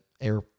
air